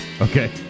Okay